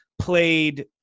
played